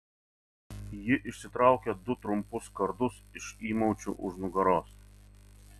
ji išsitraukė du trumpus kardus iš įmaučių už nugaros